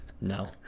no